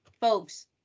folks